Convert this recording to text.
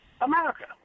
America